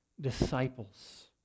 disciples